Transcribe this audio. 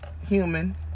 human